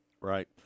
Right